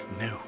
new